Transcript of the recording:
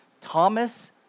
Thomas